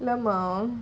இல்லமா: illama